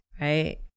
Right